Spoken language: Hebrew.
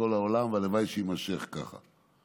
והלוואי שיימשך ככה.